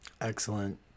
Excellent